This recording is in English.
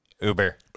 Uber